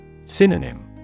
Synonym